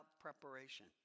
preparation